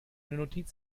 notiz